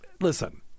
Listen